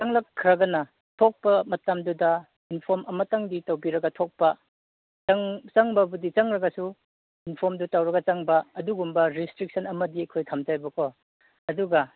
ꯆꯪꯂꯛꯈꯔꯒꯅ ꯊꯣꯛꯄ ꯃꯇꯝꯗꯨꯗ ꯏꯟꯐꯣꯝ ꯑꯃꯠꯇꯪꯗꯤ ꯇꯧꯕꯤꯔꯒ ꯊꯣꯛꯄ ꯆꯪ ꯆꯪꯕꯕꯨꯗꯤ ꯆꯪꯂꯒꯁꯨ ꯏꯟꯐꯝꯗꯨ ꯇꯧꯔꯒ ꯆꯪꯕ ꯑꯗꯨꯒꯨꯝꯕ ꯔꯦꯁꯇ꯭ꯔꯤꯛꯁꯟ ꯑꯃꯗꯤ ꯑꯩꯈꯣꯏ ꯊꯝꯁꯦꯕꯀꯣ ꯑꯗꯨꯒ